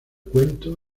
cuento